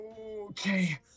Okay